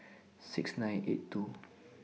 six nine eight two